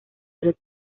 seres